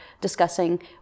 discussing